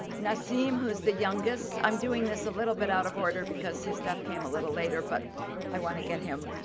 naceem, who's the youngest, i'm doing this a little bit out of order because his death came a little later, but i want to get him